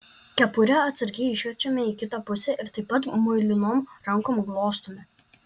kepurę atsargiai išverčiame į kitą pusę ir taip pat muilinom rankom glostome